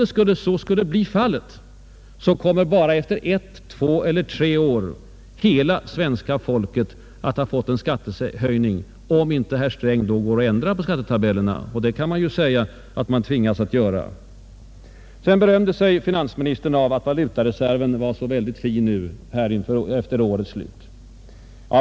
Och även om så skulle bli fallet kommer efter bara ett, två eller tre år hela svenska folket att ha fått en skattehöjning, om inte herr Sträng då ändrar på skattetabellerna — och det kan man naturligtvis hoppas att han kan tvingas att göra. Sedan berömde sig finansministern av att valutareserven var så god nu efter årets slut.